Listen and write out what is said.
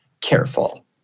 careful